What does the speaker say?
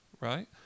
right